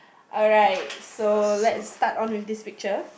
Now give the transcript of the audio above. alright so let's start of with this picture